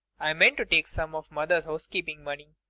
i meant to take some of mother's housekeeping money.